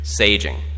saging